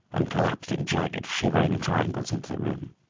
and collapsed in jagged, shivering triangles into the room.